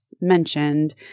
mentioned